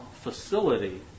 facility